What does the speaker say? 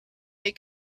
they